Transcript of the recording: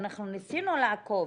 אנחנו ניסינו לעקוב.